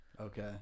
okay